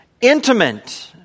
intimate